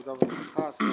העבודה והרווחה ושר